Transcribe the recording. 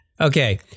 Okay